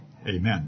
Amen